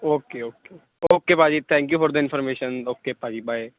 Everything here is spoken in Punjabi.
ਓਕੇ ਓਕੇ ਓ ਓਕੇ ਭਾਅ ਜੀ thank you for the information okay ਭਾਅ ਜੀ ਬਾਏ